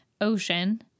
ocean